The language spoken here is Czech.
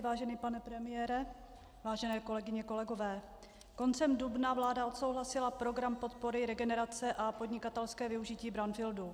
Vážený pane premiére, vážené kolegyně a kolegové, koncem dubna vláda odsouhlasila program podpory regenerace a podnikatelské využití brownfieldů.